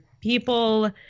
people